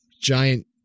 giant